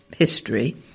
history